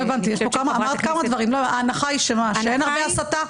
לא הבנתי, ההנחה היא שאין הרבה הסתה?